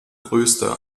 größte